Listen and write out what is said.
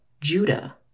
Judah